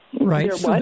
right